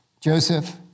Joseph